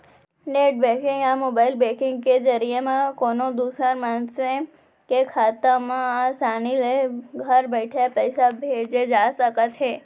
net banking या mobile banking के जरिए म कोनों दूसर मनसे के खाता म आसानी ले घर बइठे पइसा भेजे जा सकत हे